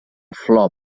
flor